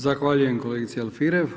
Zahvaljujem kolegici Alfirev.